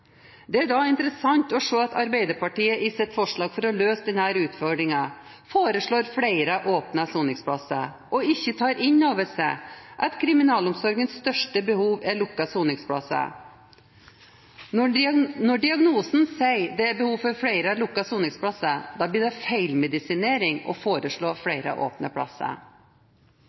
Det er da interessant å se at Arbeiderpartiet i sitt forslag for å løse denne utfordringen foreslår flere åpne soningsplasser, og ikke tar inn over seg at kriminalomsorgens største behov er lukkede soningsplasser. Når diagnosen sier at det er behov for flere lukkede soningsplasser, blir det feilmedisinering å foreslå